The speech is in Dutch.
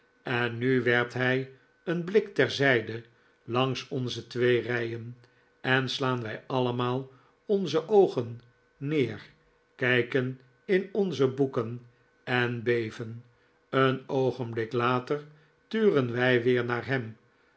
en nu werpt hij een blik terzijde langs onze twee rij en en slaan wij allemaal onze oogen neer kijken in onze boeken en beven een oogenblik later turen wij weer naar hem